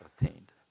attained